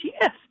yes